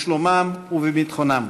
בשלומם ובביטחונם.